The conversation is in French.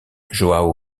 joão